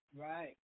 Right